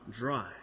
dry